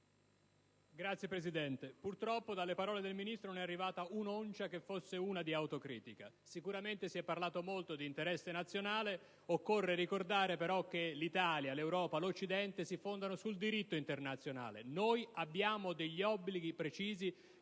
Signora Presidente, purtroppo dalle parole del Ministro non è arrivata un'oncia, che fosse una, di autocritica. Sicuramente si è molto parlato di interesse nazionale, ma occorre ricordare che l'Italia, l'Europa e l'Occidente si fondano sul diritto internazionale. Noi abbiamo degli obblighi precisi